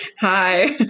Hi